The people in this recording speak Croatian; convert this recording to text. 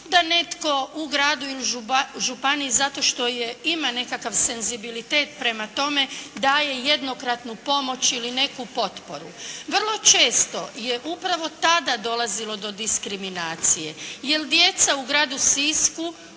da netko u gradu ili županiji zato što ima nekakav senzibilitet prema tome, daje jednokratnu pomoć ili neku potporu. Vrlo često je upravo tada dolazilo do diskriminacije, jer djeca u gradu Sisku